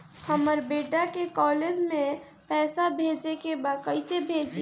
हमर बेटा के कॉलेज में पैसा भेजे के बा कइसे भेजी?